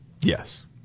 Yes